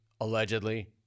allegedly